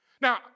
Now